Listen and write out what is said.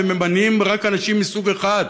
וממנים רק אנשים מסוג אחד,